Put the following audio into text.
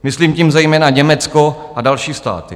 Myslím tím zejména Německo a další státy.